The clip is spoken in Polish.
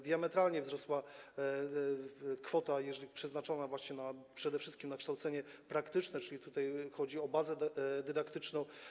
Diametralnie wzrosła kwota przeznaczona przede wszystkim na kształcenie praktyczne, czyli tutaj chodzi o bazę dydaktyczną.